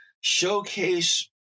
showcase